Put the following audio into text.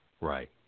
Right